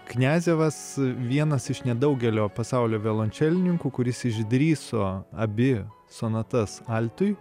kniazevas vienas iš nedaugelio pasaulio violončelininkų kuris išdrįso abi sonatas altui